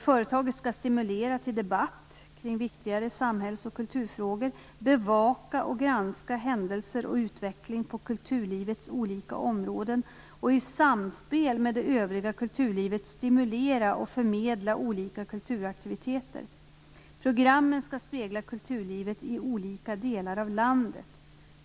Företaget skall stimulera till debatt kring viktigare samhälls och kulturfrågor, bevaka och granska händelser och utveckling på kulturlivets olika områden och i samspel med det övriga kulturlivet stimulera och förmedla olika kulturaktiviteter. Programmen skall spegla kulturlivet i olika delar av landet.